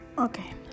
Okay